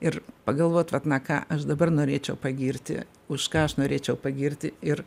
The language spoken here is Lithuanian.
ir pagalvot vat na ką aš dabar norėčiau pagirti už ką aš norėčiau pagirti ir